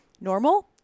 normal